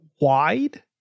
wide